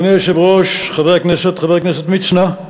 אדוני היושב-ראש, חבר הכנסת מצנע,